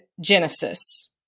Genesis